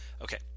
okay